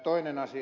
toinen asia